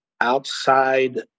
outside